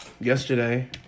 Yesterday